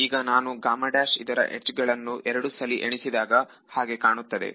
ಈಗ ನಾನು ಇದರ ಎಡ್ಜ್ ಗಳನ್ನು ಎರಡು ಸಲಿ ಎಣಿಸಿದ ಹಾಗೆ ಕಾಣುತ್ತದೆ